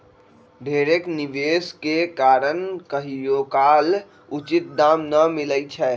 ढेरेक निवेश के कारण कहियोकाल उचित दाम न मिलइ छै